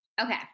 Okay